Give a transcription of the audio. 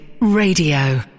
Radio